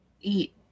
eat